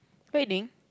bathing